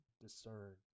discern